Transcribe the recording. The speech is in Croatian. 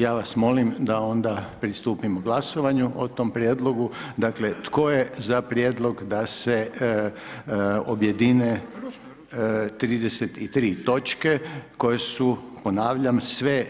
Ja vas molim da onda pristupimo glasovanju o tome prijedlogu, dakle tko je za prijedlog da se objedine 33 točke koje su ponavljam sve